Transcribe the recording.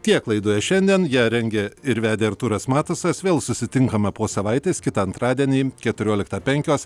tiek laidoje šiandien ją rengė ir vedė artūras matusas vėl susitinkame po savaitės kitą antradienį keturioliktą penkios